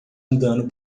andando